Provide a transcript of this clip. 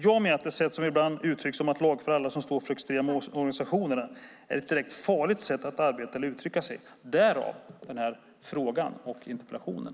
Jag menar att, som ibland sker, uttrycka att alla som har något med extrema organisationer att göra ska lagföras är ett direkt farligt sätt att arbeta på eller uttrycka sig på - därav min fråga och interpellationen.